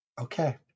Okay